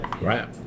Right